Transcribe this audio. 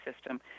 system